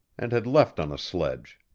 and had left on a sledge.